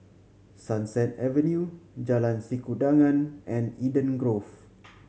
Sunset Avenue Jalan Sikudangan and Eden Grove